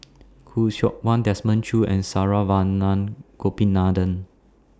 Khoo Seok Wan Desmond Choo and Saravanan Gopinathan